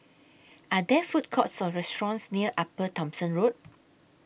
Are There Food Courts Or restaurants near Upper Thomson Road